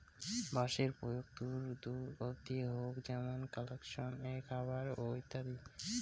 বাঁশের প্রয়োগ দূর দূর অব্দি হউক যেমন কনস্ট্রাকশন এ, খাবার এ ইত্যাদি